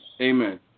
Amen